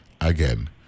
again